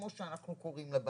כמו שאנחנו קוראים לה במחקרים,